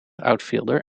outfielder